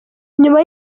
nyuma